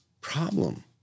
problem